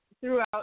throughout